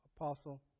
Apostle